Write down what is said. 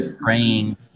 praying